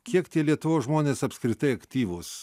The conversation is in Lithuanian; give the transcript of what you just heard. kiek tie lietuvos žmonės apskritai aktyvūs